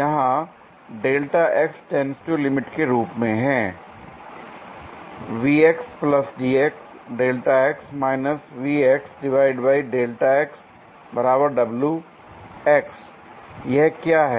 यहां tends to 0 limit के रूप में है l यह क्या है